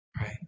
right